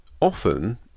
often